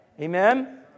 amen